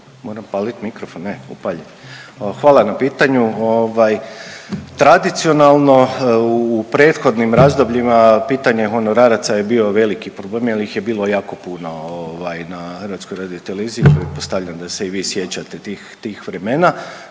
Moram palit mikrofon, ne, upaljen je. Hvala na pitanju, ovaj tradicionalno u prethodnim razdobljima pitanje honoraraca je bio veliki problem jel ih je bilo jako puno ovaj na HRT-u, pretpostavljam da se i vi sjećate tih, tih vremena.